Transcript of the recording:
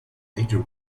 major